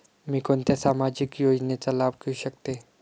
मी कोणत्या सामाजिक योजनेचा लाभ घेऊ शकते?